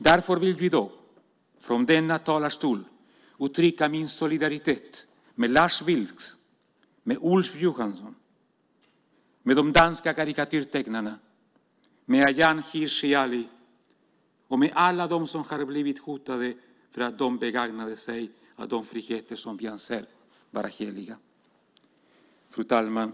Därför vill jag i dag, från denna talarstol, uttrycka min solidaritet med Lars Vilks, med Ulf Johansson, med de danska karikatyrtecknarna, med Ayaan Hirsi Ali och med alla dem som har blivit hotade för att de begagnar sig av de friheter som vi anser vara heliga. Fru talman!